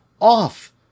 Off